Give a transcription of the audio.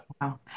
Wow